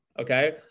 okay